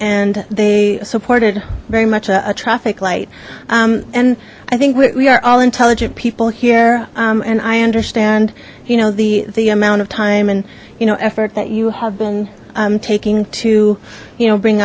and they supported very much a traffic light and i think we are all intelligent people here and i understand you know the the amount of time and you know effort that you have been taking to you know bring